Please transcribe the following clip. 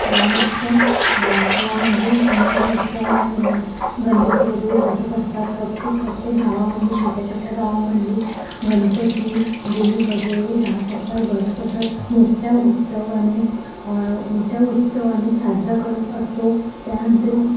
त्यानंतर या मंदिर गणेश उत्सव गण गणपती वगैरे बसत असतात प्रत्येक प्रत्येक गावामध्ये छोट्या छोट्या गावामध्ये गणपती देवी वगैरे राहत असतात बसत असतात मोठ्या उत्सवाने मोठ्या उत्सवाने साजरा करत असतो त्यानंतर